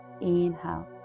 Inhale